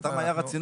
זה סתם היה רציונל.